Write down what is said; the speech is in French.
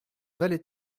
valet